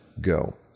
go